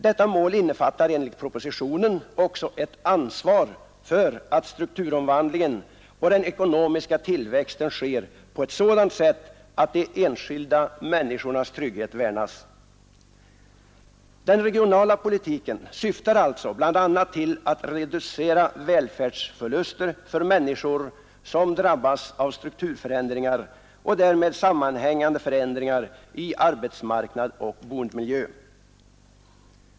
Detta mål innefattar enligt propositionen också ett ansvar för att strukturomvandlingen och den ekonomiska tillväxten sker på ett sådant sätt att de enskilda människornas trygghet värnas. Den regionala politiken syftar alltså bl a. till att reducera välfärdsförluster för människor som drabbas av strukturförändringar och därmed sammanhängande förändringar i arbetsmarknad och boendemiljö.